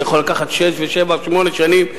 זה יכול לקחת שש-שבע-שמונה שנים,